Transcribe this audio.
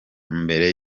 mbere